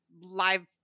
live